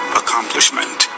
accomplishment